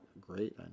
great